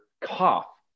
cough